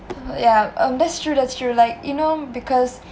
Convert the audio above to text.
yah um that's true that's true like you know because